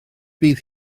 bydd